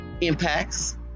impacts